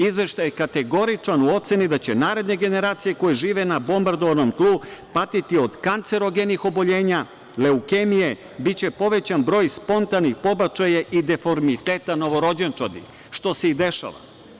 Izveštaj je kategoričan u oceni da će naredne generacije koje žive na bombardovanom tlu patiti od kancerogenih oboljenja, leukemije, biće povećan broj spontanih pobačaja i deformiteta novorođenčadi, što se i dešava.